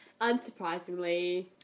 Unsurprisingly